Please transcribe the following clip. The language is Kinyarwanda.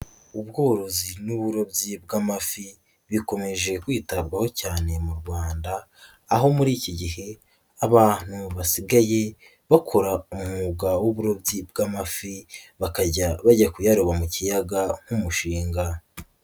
Ubworozi n'uburobyi bw'amafi bikomeje kwitabwaho cyane mu Rwanda, aho muri iki gihe abantu basigaye bakora umwuga w'uburobyi bw'amafi bakajya bajya kuyaroba mu kiyaga nk'umushinga.